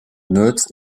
neutres